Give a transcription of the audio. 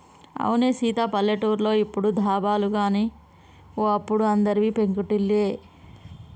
అవునే సీత పల్లెటూర్లో ఇప్పుడు దాబాలు గాని ఓ అప్పుడు అందరివి పెంకుటిల్లే